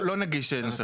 לא נגיש נושא חדש.